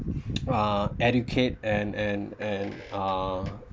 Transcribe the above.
uh educate and and and uh